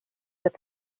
with